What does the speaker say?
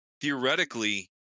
theoretically